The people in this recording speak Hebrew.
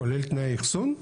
כולל תנאי אחסון?